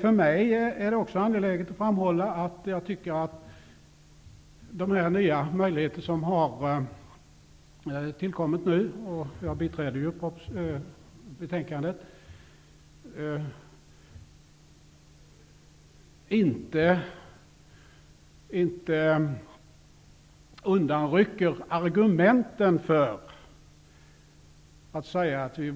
För mig är det angeläget att framhålla att de nya möjligheter som har tillkommit -- jag biträder ju utskottets förslag -- inte undanrycker argumenten för att vi